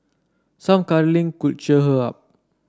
some cuddling could cheer her up